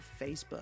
Facebook